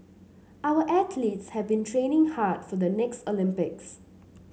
our athletes have been training hard for the next Olympics